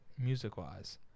music-wise